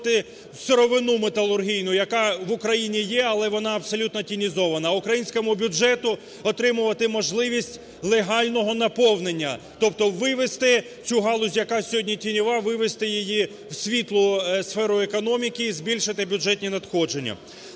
вивести цю галузь, яка сьогодні тіньова, вивести її в світлу сферу економіки і збільшити бюджетні надходження.